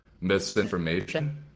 misinformation